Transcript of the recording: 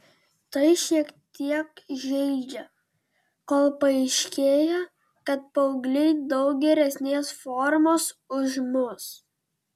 tai šiek tiek žeidžia kol paaiškėja kad paaugliai daug geresnės formos už mus